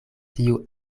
tiu